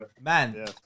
Man